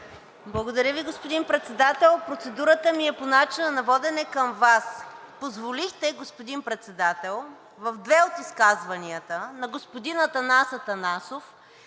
Благодаря Ви, господин Председател. Процедурата ми е по начина на водене към Вас. Позволихте, господин Председател, в две от изказванията на господин Атанас Атанасов